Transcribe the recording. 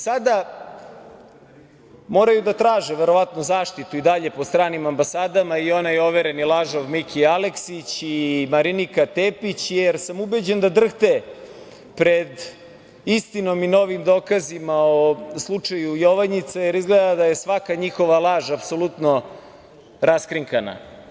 Sada moraju da traže verovatno zaštitu i dalje po stranim ambasadama i onaj overeni lažov Miki Aleksić i Marinika Tepić, jer sam ubeđen drhte pred istinom i novim dokazima o slučaju „Jovanjica“, jer izgleda da je svaka njihova laž apsolutno raskrinkana.